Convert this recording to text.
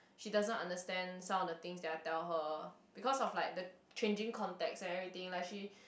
she doesn't understand some of the things that I tell her because of like the changing context and everything like she